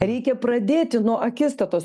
reikia pradėti nuo akistatos